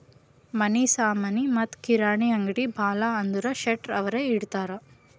ಮನಿ ಸಾಮನಿ ಮತ್ತ ಕಿರಾಣಿ ಅಂಗ್ಡಿ ಭಾಳ ಅಂದುರ್ ಶೆಟ್ಟರ್ ಅವ್ರೆ ಇಡ್ತಾರ್